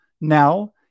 now